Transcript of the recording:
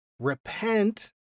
Repent